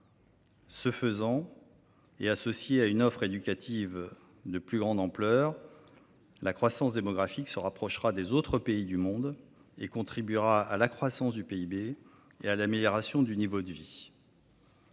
Ce faisant, associée à une offre éducative de plus grande ampleur, la croissance démographique se rapprochera de celle des autres pays du monde et contribuera à la croissance du PIB et à l’amélioration du niveau de vie.